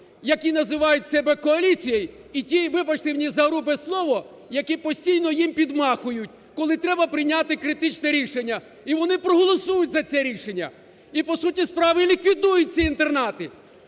які називають себе коаліцією, і ті, вибачте мене за грубе слово, які постійно їм підмахують, коли треба прийняти критичне рішення, і вони проголосують за це рішення, і по суті справи ліквідують ці інтернати.